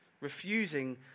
refusing